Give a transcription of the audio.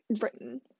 written